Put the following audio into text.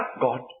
God